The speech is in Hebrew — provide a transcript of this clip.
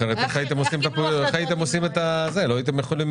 אחרת איך הייתם עושים לא הייתם יכולים